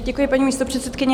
Děkuji, paní místopředsedkyně.